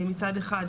מצד אחד,